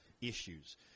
issues